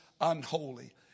unholy